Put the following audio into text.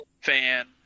Fan